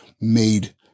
made